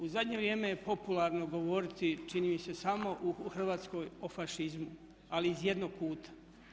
U zadnje vrijeme je popularno govoriti čini mi se samo u Hrvatskoj o fašizmu, ali iz jednog kuta.